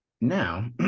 now